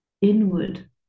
inward